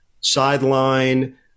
sideline